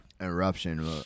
Eruption